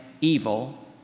evil